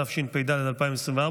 התשפ"ד 2024,